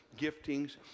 giftings